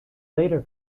later